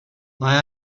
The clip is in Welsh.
mae